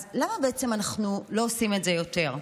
אז למה בעצם אנחנו לא עושים את זה יותר?